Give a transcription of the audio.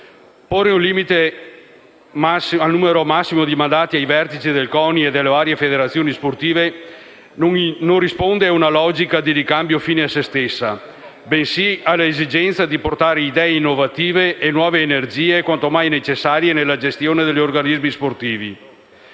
Porre un limite massimo al numero di mandati ai vertici del CONI e delle varie federazioni sportive non risponde ad una logica di ricambio fine a se stessa, bensì all'esigenza di portare idee innovative e nuove energie quanto mai necessarie nella gestione degli organismi sportivi.